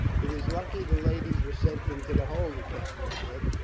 it is lucky the ladies were sent into the hold, the captain said.